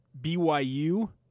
BYU –